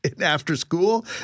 after-school